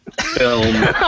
film